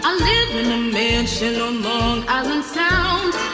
ah live in a mansion on long island sound